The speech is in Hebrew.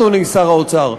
אדוני שר האוצר,